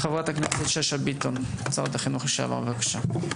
חברת הכנסת שאשא ביטון, שרת החינוך לשעבר, בבקשה.